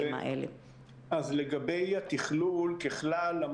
לגבי התכלול ככלל,